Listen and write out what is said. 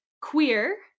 queer